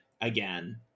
again